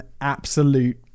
absolute